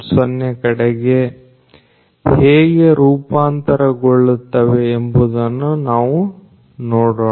0 ಕಡೆಗೆ ಹೇಗೆ ರೂಪಾಂತರಗೊಳ್ಳುತ್ತವೆ ಎಂಬುದನ್ನು ನಾವು ನೋಡೋಣ